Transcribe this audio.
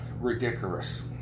ridiculous